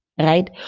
Right